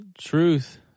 Truth